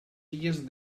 illes